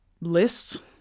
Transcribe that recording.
lists